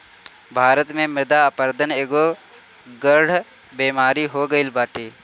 भारत में मृदा अपरदन एगो गढ़ु बेमारी हो गईल बाटे